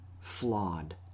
flawed